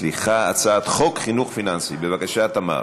התשע"ז 2016. בבקשה, תמר,